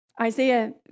Isaiah